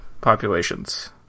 populations